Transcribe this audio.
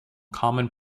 common